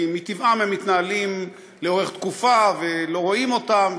כי מטבעם הם מתנהלים לאורך תקופה ולא רואים אותם,